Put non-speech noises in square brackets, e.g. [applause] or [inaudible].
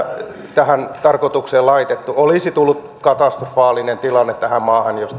tähän tarkoitukseen laitettu olisi tullut katastrofaalinen tilanne tähän maahan jos [unintelligible]